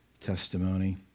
testimony